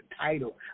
title